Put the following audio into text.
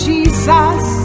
Jesus